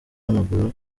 w’amaguru